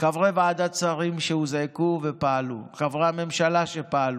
חברי ועדת שרים שהוזעקו ופעלו: חברי הממשלה שפעלו,